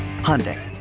Hyundai